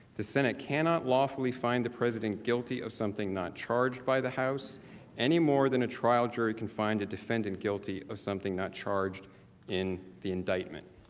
the senate cannot lawfully find the president guilty of something not charged by the house anymore than a trial jury can find a defendant guilty of something not charged in the indictment.